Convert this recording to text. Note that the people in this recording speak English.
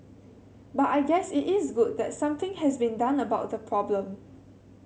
but I guess it is good that something has been done about the problem